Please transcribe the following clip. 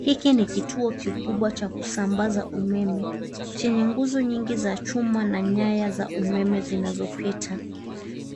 Hiki ni kituo kikubwa cha kusambaza umeme chenye nguzo nyingi za chuma na nyaya za umeme zinazopita.